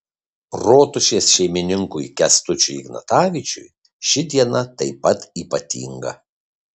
rotušės šeimininkui kęstučiui ignatavičiui ši diena taip pat ypatinga